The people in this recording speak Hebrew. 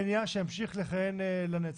מניעה שימשיך לכהן לנצח.